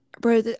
bro